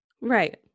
Right